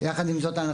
יחד עם זאת,